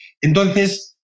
Entonces